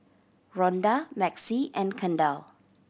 Rhonda Maxie and Kendall